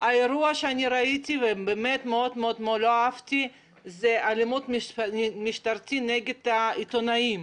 האירוע שראיתי ומאוד לא אהבתי של אלימות משטרתית נגד עיתונאים,